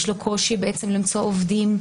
יש לו קושי למצוא עובדים,